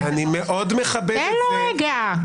תן לו רגע.